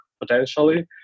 potentially